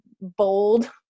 bold